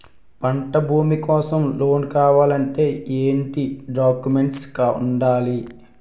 పంట భూమి కోసం లోన్ కావాలి అంటే ఏంటి డాక్యుమెంట్స్ ఉండాలి?